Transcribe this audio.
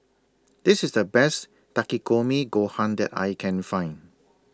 This IS The Best Takikomi Gohan that I Can Find